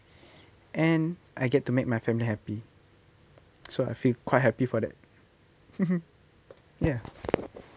and I get to make my family happy so I feel quite happy for that ya